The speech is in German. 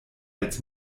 als